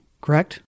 correct